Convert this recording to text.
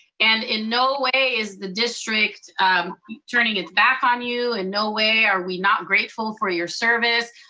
and in no way is the district turning its back on you. in no way are we not grateful for your service.